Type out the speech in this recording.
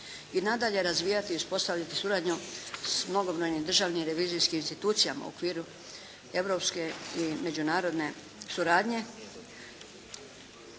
I nadalje razvijati i uspostavljati suradnju s mnogobrojnim državnim revizijskim institucijama u okviru europske i međunarodne suradnje,